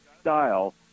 style